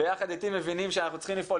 ביחד איתי מבינים שאנחנו צריכים לפעול